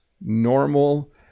Normal